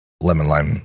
lemon-lime